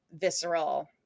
visceral